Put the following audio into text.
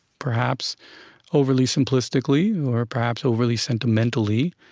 perhaps overly simplistically or perhaps overly sentimentally,